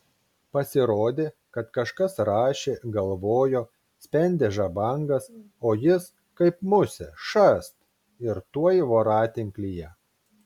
pasirodė kad kažkas rašė galvojo spendė žabangas o jis kaip musė šast ir tuoj voratinklyje